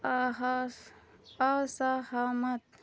असहमत